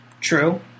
True